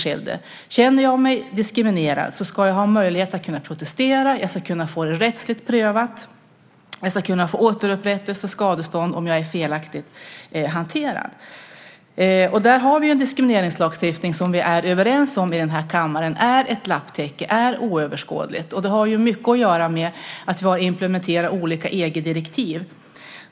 Om jag känner mig diskriminerad ska jag ha möjlighet att protestera och jag ska få det rättsligt prövat och kunna få återupprättelse och skadestånd om jag är felaktigt hanterad. Vi har en diskrimineringslagstiftning som vi i kammaren är överens om är ett lapptäcke och oöverskådligt. Det har mycket att göra med att vi har implementerat olika EG-direktiv.